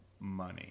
money